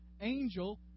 angel